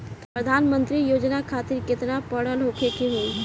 प्रधानमंत्री योजना खातिर केतना पढ़ल होखे के होई?